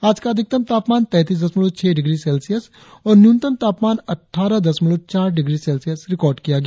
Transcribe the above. आज का अधिकतम तापमान तैंतीस दशमलव छह डिग्री सेल्सियस और न्यूनतम तापमान अटठारह दशमलव चार डिग्री सेल्सियस रिकार्ड किया गया